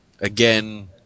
Again